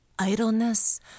Idleness